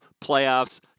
playoffs